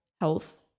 health